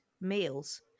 males